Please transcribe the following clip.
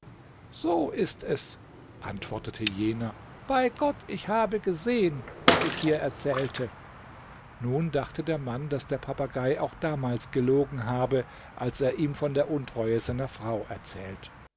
so ist es antwortete jener bei gott ich habe gesehen was ich dir erzählte nun dachte der mann daß der papagei auch damals gelogen habe als er ihm von der untreue seiner frau erzählt